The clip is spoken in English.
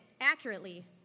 accurately